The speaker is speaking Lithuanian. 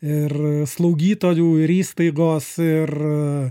ir slaugytojų ir įstaigos ir